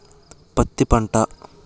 పత్తి పంట